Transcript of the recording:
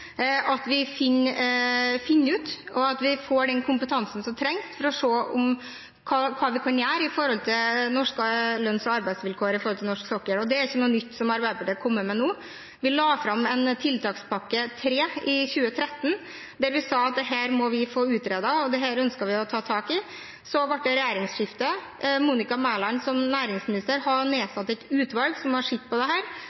at vi finner det ut, at vi får den kompetansen som trengs for å se hva vi kan gjøre med hensyn til norske lønns- og arbeidsvilkår på norsk sokkel. Og dette er ikke noe nytt som Arbeiderpartiet har kommet med nå, vi la fram en tiltakspakke 3 i 2013, der vi sa at dette må vi få utredet, og dette ønsker vi å ta tak i. Så ble det regjeringsskifte. Monica Mæland som næringsminister har